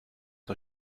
nur